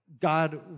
God